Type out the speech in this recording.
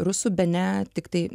rusų bene tiktai